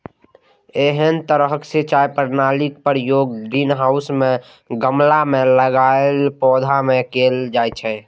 एहन तरहक सिंचाई प्रणालीक प्रयोग ग्रीनहाउस मे गमला मे लगाएल पौधा मे कैल जाइ छै